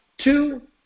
two